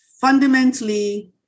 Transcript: fundamentally